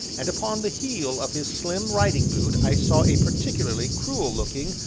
and upon the heel of his slim riding-boot i saw a particularly cruel-looking,